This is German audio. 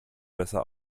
besser